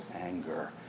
anger